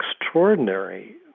extraordinary